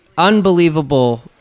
unbelievable